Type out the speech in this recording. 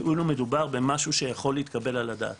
מדובר במשהו שלא יכול להתקבל על הדעת